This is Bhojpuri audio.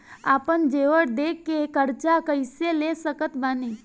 आपन जेवर दे के कर्जा कइसे ले सकत बानी?